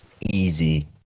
easy